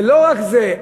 ולא רק זה,